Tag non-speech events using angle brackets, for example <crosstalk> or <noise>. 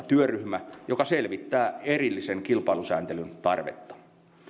<unintelligible> työryhmä joka selvittää erillisen kilpailusääntelyn tarvetta